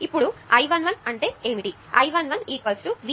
ఇప్పుడు I 1 1 అంటే ఏమిటి I 1 1 V1R 1 1